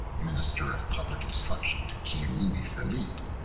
minister of public instruction to king louis philippe,